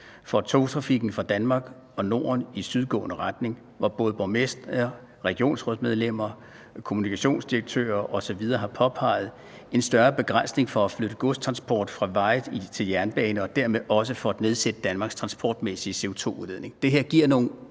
for togtrafikken fra Danmark og Norden i sydgående retning, og både borgmestre, regionsrådsmedlemmer, kommunikationsdirektører osv. har påpeget en større begrænsning for at flytte godstransport fra veje til jernbane og dermed også for at nedsætte Danmarks transportmæssige CO2-udledning.